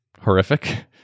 horrific